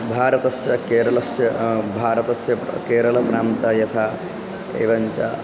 भारतस्य केरलस्य भारतस्य केरलप्रान्ते यथा एवञ्च